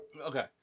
Okay